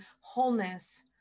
wholeness